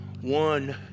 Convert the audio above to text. one